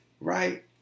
right